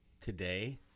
today